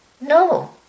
No